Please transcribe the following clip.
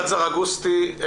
ענת סרגוסטי.